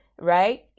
right